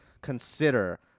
consider